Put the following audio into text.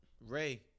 Ray